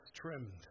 trimmed